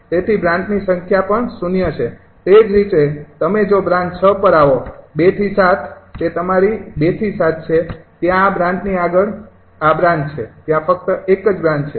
તેથી બ્રાન્ચની સંખ્યા પણ 0 છે તે જ રીતે જો તમે બ્રાન્ચ ૬ પર આવો ૨ થી ૭ તે તમારી ૨ થી ૭ છે ત્યાં આ બ્રાન્ચની આગળ આ બ્રાન્ચ છે ત્યાં ફક્ત એક જ બ્રાન્ચ છે